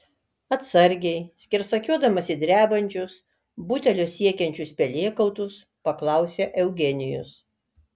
atsargiai skersakiuodamas į drebančius butelio siekiančius pelėkautus paklausė eugenijus